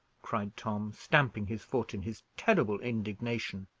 cried tom, stamping his foot in his terrible indignation.